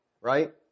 right